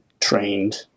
trained